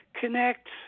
connect